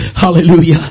Hallelujah